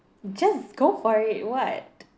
just go for it what